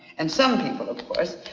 and some people, of course,